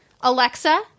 Alexa